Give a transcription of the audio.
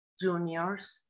Juniors